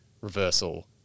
reversal